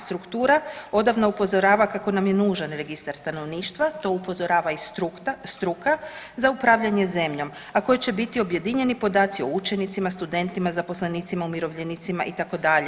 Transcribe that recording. Struktura odavno upozorava kako nam je nužan registar stanovništva, to upozorava i struka za upravljanje zemljom, a koji će biti objedinjeni podaci o učenicima, studentima, zaposlenicima, umirovljenicima itd.